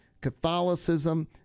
Catholicism